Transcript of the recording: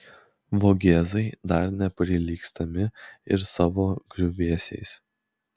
vogėzai dar neprilygstami ir savo griuvėsiais